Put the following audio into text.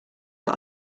got